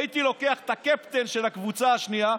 הייתי לוקח את הקפטן של הקבוצה השנייה,